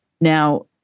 Now